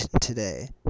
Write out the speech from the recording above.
today